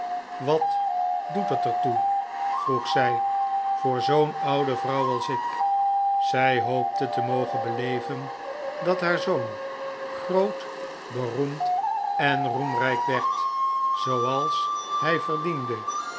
wat doet het er toe vroeg zij voor zoo'n oude vrouw als ik zij hoopte te mogen beleven dat haar zoon groot beroemd en roemrijk werd zooals hij verdiende